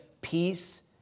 peace